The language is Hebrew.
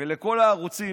ולכל הערוצים